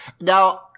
Now